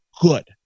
good